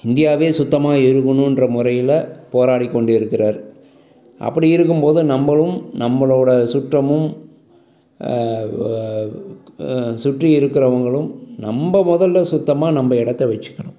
இந்தியாவே சுத்தமாக இருக்கணும்ற முறையில் போராடி கொண்டு இருக்கிறார் அப்படி இருக்கும்போது நம்பளும் நம்மளோடய சுற்றமும் சுற்றி இருக்கிறவங்களும் நம்ப முதல்ல சுத்தமாக நம்ப இடத்த வெச்சுக்கணும்